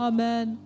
Amen